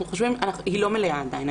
אבל היא לא מלאה עדיין.